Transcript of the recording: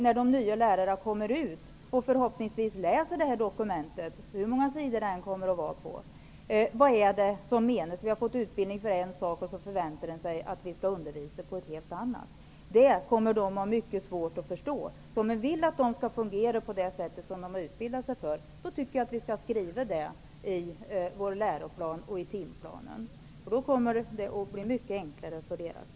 När de nya lärarna kommer ut och förhoppningsvis läser det här dokumentet -- hur många sidor det än blir -- vet de inte vad som menas. De har fått utbildning för en sak, och de förväntas undervisa på ett helt annat sätt. De kommer att ha mycket svårt att förstå det. Om man vill att undervisningen skall fungera på det sätt som de har utbildat sig för skall man skriva det i läroplan och i timplan. Då kommer det att bli mycket enklare för dem.